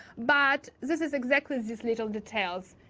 but this is exactly this little details.